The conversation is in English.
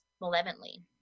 malevolently